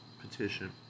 petition